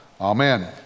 Amen